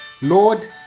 Lord